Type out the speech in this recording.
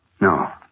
No